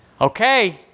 Okay